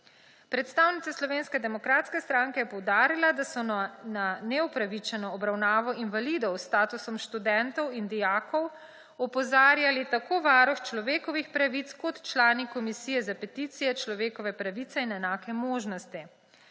Predstavnica Slovenske demokratske stranke je poudarila, da so na neupravičeno obravnavo invalidov s statusom študentov in dijakov opozarjali tako Varuh človekovih pravic kot člani Komisije za peticije, človekove pravice in enake možnosti.